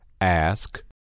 Ask